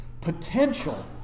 Potential